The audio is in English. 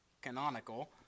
canonical